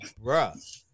bruh